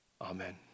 Amen